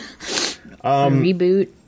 Reboot